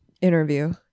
interview